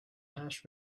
hash